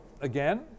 again